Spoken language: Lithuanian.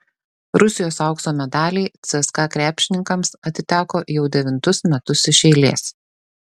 rusijos aukso medaliai cska krepšininkams atiteko jau devintus metus iš eilės